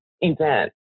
event